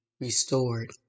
restored